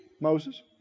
Moses